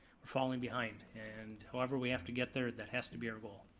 falling behind, and however we have to get there, that has to be our goal.